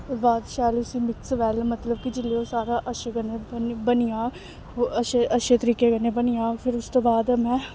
ओह्दे बाद उसी शैल मिक्स वैल्ल मतलब कि ओह् जिसलै शैल अच्छे कन्नै बनी जा ओह् अच्छे अच्छे तरीके कन्नै बनी जाह्ग फिर उस तू बाद में